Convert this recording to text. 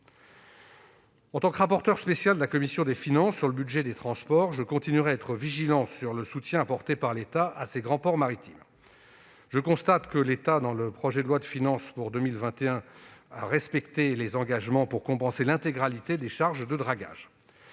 En tant que rapporteur spécial de la commission des finances sur le budget des transports, je continuerai à être vigilant sur le soutien apporté par l'État à ses grands ports maritimes. Je constate que l'État, dans le projet de loi de finances pour 2021, a respecté ses engagements pour compenser l'intégralité des charges de dragage.